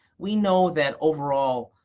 we know that overall,